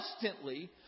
constantly